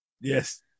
yes